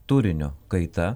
turinio kaita